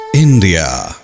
India